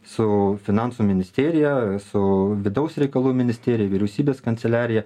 su finansų ministerija su vidaus reikalų ministerija vyriausybės kanceliarija